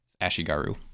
ashigaru